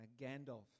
Gandalf